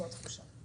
זאת התחושה.